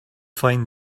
find